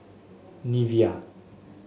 Nivea